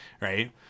right